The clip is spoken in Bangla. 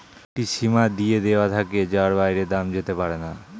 একটি সীমা দিয়ে দেওয়া থাকে যার বাইরে দাম যেতে পারেনা